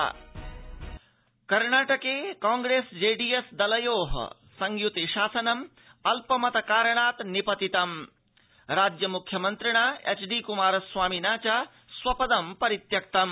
कर्णाटकम् कर्णाटके काँप्रेस जेडीएस् दलयोः संयुति शासनं अल्पमत कारणान्निपतितम् राज्य मुख्यमन्त्रिणा एच्डीकुमार स्वामिना च स्व पद परित्यक्तम्